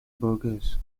burgess